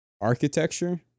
architecture